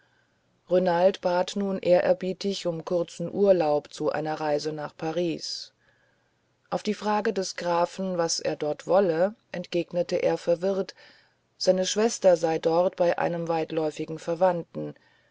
renald bat nun ehrerbietig um kurzen urlaub zu einer reise nach paris auf die frage des grafen was er dort wolle entgegnete er verwirrt seine schwester sei dort bei einem weitläufigen verwandten